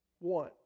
want